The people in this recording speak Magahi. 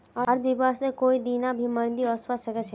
अर्थव्यवस्थात कोई दीना भी मंदी ओसवा सके छे